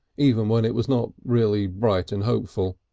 even when it was not really bright and hopeful.